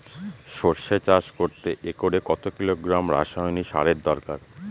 সরষে চাষ করতে একরে কত কিলোগ্রাম রাসায়নি সারের দরকার?